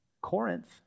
Corinth